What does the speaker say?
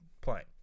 playing